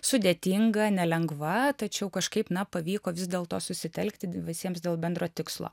sudėtinga nelengva tačiau kažkaip na pavyko vis dėlto susitelkti visiems dėl bendro tikslo